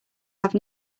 have